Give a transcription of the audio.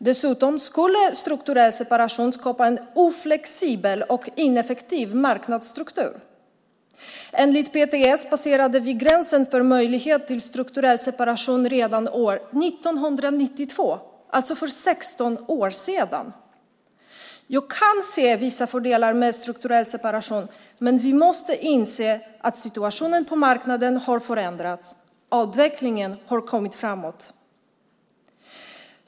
Dessutom skulle en strukturell separation skapa en oflexibel och ineffektiv marknadsstruktur. Enligt PTS passerade vi gränsen för möjlighet till strukturell separation redan år 1992 - alltså för 16 år sedan. Jag kan se vissa fördelar med strukturell separation, men vi måste inse att situationen på marknaden har förändrats och att utvecklingen har gått framåt.